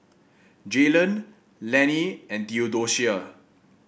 Jaylon Lanny and Theodocia